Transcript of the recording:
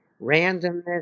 randomness